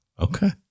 Okay